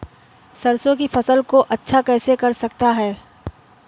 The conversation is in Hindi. सरसो की फसल को अच्छा कैसे कर सकता हूँ?